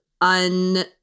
un